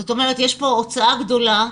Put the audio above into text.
זאת אומרת, יש כאן הוצאה גדולה.